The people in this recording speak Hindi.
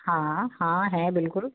हाँ हाँ है बिल्कुल